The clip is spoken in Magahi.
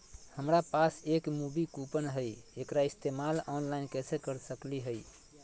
हमरा पास एक मूवी कूपन हई, एकरा इस्तेमाल ऑनलाइन कैसे कर सकली हई?